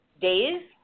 days